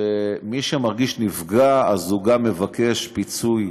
שמי שמרגיש נפגע הוא גם מבקש פיצוי